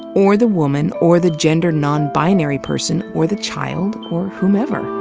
or the woman, or the gender non-binary person, or the child, or whomever.